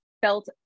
felt